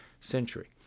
century